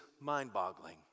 mind-boggling